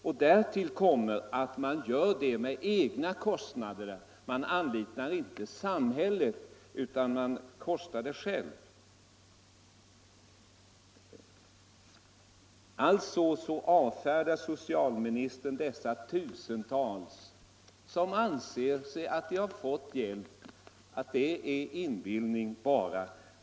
Det hör till saken att dessa människor använder medlen på egen bekostnad; de anlitar inte samhället, utan bekostar det hela själva. Socialministern avfärdar de tusentals människor som anser att de har fått hjälp och säger att detta bara är inbillning.